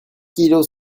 kilos